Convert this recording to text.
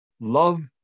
Love